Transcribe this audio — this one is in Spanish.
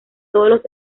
todos